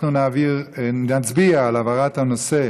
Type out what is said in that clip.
אנחנו נצביע על העברת הנושא